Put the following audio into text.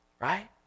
Right